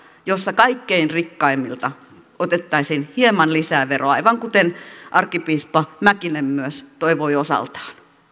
jossa kaikkein rikkaimmilta otettaisiin hieman lisää veroa aivan kuten arkkipiispa mäkinen myös toivoi osaltaan